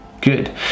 Good